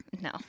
No